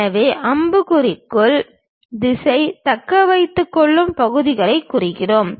எனவே அம்புக்குறியின் திசை தக்கவைக்கும் பகுதியைக் குறிக்கிறது